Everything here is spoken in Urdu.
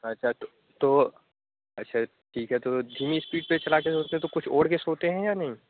اچھا تو تو اچھا ٹھیک ہے تو دھیمی اسپیڈ پہ چلا کے سوتے ہیں تو کچھ اوڑھ کے سوتے ہیں یا نہیں